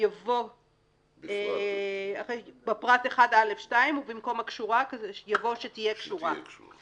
יבוא "בפרט 1א(2)" ובמקום "הקשורה" יבוא "שתהיה קשורה";